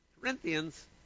Corinthians